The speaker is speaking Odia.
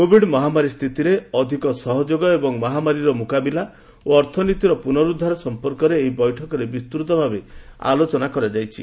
କୋଭିଡ ମହାମାରୀ ସ୍ଥିତିରେ ଅଧିକ ସହଯୋଗ ଏବଂ ମହାମାରୀର ମୁକାବିଲା ଓ ଅର୍ଥନୀତିର ପୁନରୁଦ୍ଧାର ସମ୍ପର୍କରେ ଏହି ବୈଠକରେ ବିସ୍ତୂତଭାବେ ଆଲୋଚନା କରାଯାଇଛି